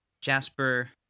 Jasper